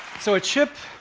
so a chip,